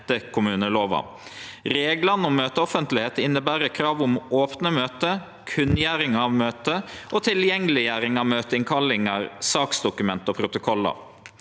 etter kommunelova. Reglane om møteoffentlegheit inneber krav om opne møte, kunngjering av møte og tilgjengeleggjering av møteinnkallingar, saksdokument og protokollar.